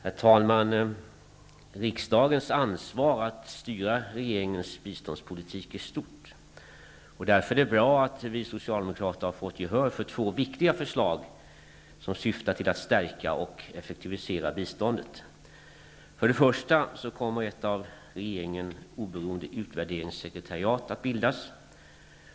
Herr talman! Riksdagens ansvar för att styra regeringens biståndspolitik är stort. Därför är det bra att vi socialdemokrater har fått gehör för två viktiga förslag, som syftar till att stärka och effektivisera biståndet. För det första kommer ett av regeringen oberoende utvärderingssekretariat att bildas.